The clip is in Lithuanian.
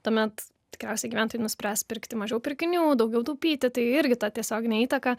tuomet tikriausiai gyventojai nuspręs pirkti mažiau pirkinių daugiau taupyti tai irgi ta tiesioginė įtaka